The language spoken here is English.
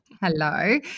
Hello